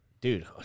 Dude